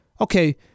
Okay